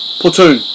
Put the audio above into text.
Platoon